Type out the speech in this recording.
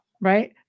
right